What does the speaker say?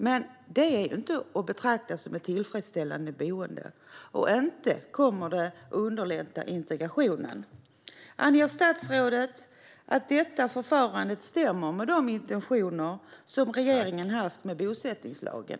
Men detta är inte att betrakta som ett tillfredsställande boende, och inte kommer det att underlätta integrationen. Anser statsrådet att detta förfarande stämmer med de intentioner regeringen haft med bosättningslagen?